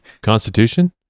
Constitution